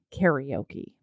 karaoke